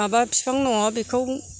माबा बिफां दङ बेखौ